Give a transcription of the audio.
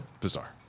Bizarre